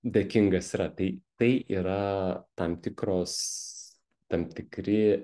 dėkingas yra tai tai yra tam tikros tam tikri